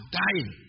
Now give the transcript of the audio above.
dying